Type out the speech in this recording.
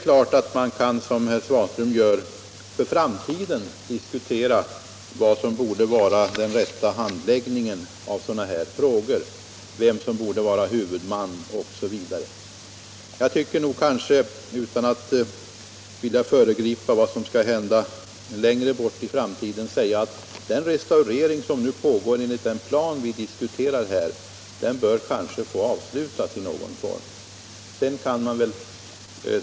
Givetvis kan man, som herr Svanström gör, diskutera vad som i framtiden borde vara den rätta handläggningen av sådana här frågor, vem som borde vara huvudman osv. Utan att föregripa vad som skall hända längre fram vill jag framhålla att de restaureringar som pågår enligt den plan vi diskuterar bör få avslutas i någon form.